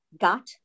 got